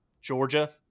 Georgia